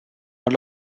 are